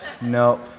no